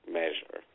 measure